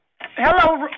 Hello